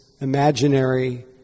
imaginary